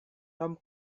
tom